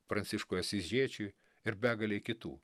pranciškui asyžiečiui ir begalei kitų